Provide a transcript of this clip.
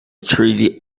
treaty